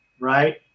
right